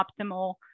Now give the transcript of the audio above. optimal